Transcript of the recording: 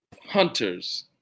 hunters